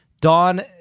Dawn